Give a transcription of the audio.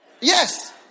Yes